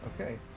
Okay